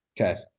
Okay